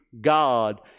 God